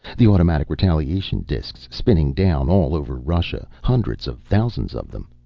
the automatic retaliation discs, spinning down all over russia, hundreds of thousands of them.